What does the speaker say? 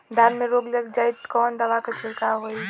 धान में रोग लग जाईत कवन दवा क छिड़काव होई?